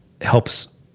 helps